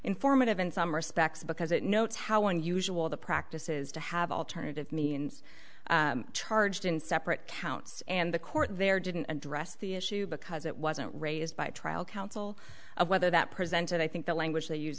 informative in some respects because it notes how unusual the practice is to have alternative means charged in separate counts and the court there didn't address the issue because it wasn't raised by trial counsel whether that presented i think the language they use